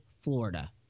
Florida